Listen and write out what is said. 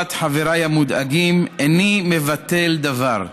לטובת חבריי המודאגים: איני מבטל דבר,